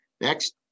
Next